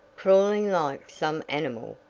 crawling like some animal,